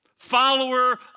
Follower